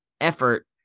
effort